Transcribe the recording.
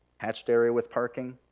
hashed area with parking,